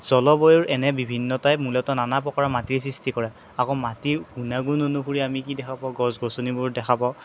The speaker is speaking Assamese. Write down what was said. জলবায়ুৰ এনে বিভিন্নতাই মূলতঃ নানা প্ৰকাৰৰ মাটিৰ সৃষ্টি কৰে আকৌ মাটিৰ গুণাগুণ অনুসৰি আমি কি দেখা পাওঁ গছ গছনিবোৰ দেখা পাওঁ